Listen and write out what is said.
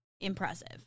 impressive